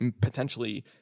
potentially